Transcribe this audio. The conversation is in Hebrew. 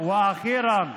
ומתרגם:)